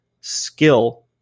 Skill